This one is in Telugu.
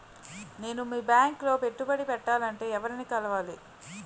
నేను మీ బ్యాంక్ లో పెట్టుబడి పెట్టాలంటే ఎవరిని కలవాలి?